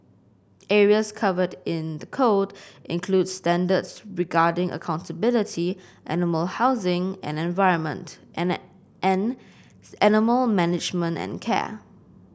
areas covered in the code include standards regarding accountability animal housing and environment and animal management and care